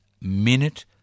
minute